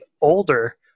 older